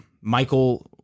Michael